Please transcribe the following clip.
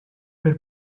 per